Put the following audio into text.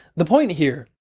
the point here,